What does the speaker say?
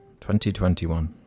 2021